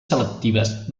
selectives